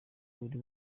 buri